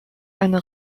eine